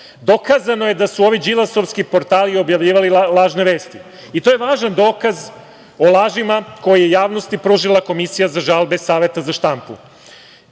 dokazano je da su ovi đilasovski portali objavljivali lažne vesti. To je važan dokaz o lažima koje je javnosti pružila Komisija za žalbe Saveta za štampu. Ovakve